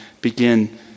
begin